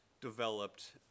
developed